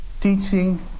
teaching